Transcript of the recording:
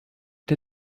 der